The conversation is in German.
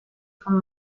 von